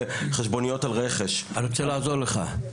חשבוניות על רכש --- אני רוצה לעזור לך,